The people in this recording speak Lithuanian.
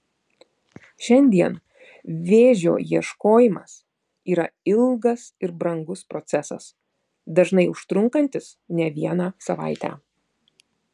šiandien vėžio ieškojimas yra ilgas ir brangus procesas dažnai užtrunkantis ne vieną savaitę